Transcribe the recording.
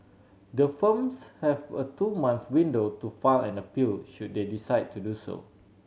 the firms have a two month window to file an appeal should they decide to do so